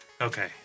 Okay